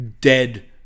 dead